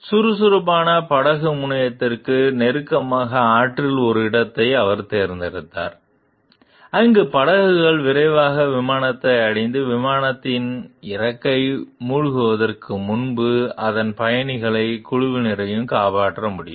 சுறுசுறுப்பான படகு முனையத்திற்கு நெருக்கமான ஆற்றில் ஒரு இடத்தையும் அவர் தேர்ந்தெடுத்தார் அங்கு படகுகள் விரைவாக விமானத்தை அடைந்து விமானத்தின் இறக்கை மூழ்குவதற்கு முன்பு அதன் பயணிகளையும் குழுவினரையும் காப்பாற்ற முடியும்